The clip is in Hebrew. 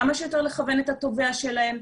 כמה שיותר לכוון את התובע שלהם,